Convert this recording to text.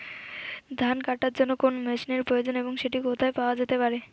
ধান কাটার জন্য কোন মেশিনের প্রয়োজন এবং সেটি কোথায় পাওয়া যেতে পারে?